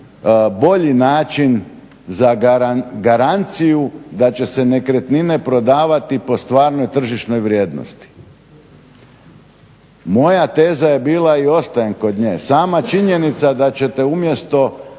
bolji način za garanciju da će se nekretnine prodavati po stvarnoj tržišnoj vrijednosti. Moja teza je bila i ostajem kod nje, sama činjenica da ćete umjesto